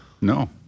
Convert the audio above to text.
No